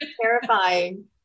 terrifying